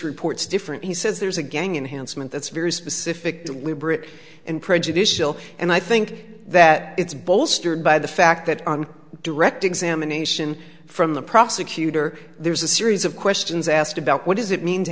report is different he says there's a gang in handsome and that's very specific deliberate and prejudicial and i think that it's bolstered by the fact that on direct examination from the prosecutor there's a series of questions asked about what does it mean to